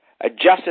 adjusted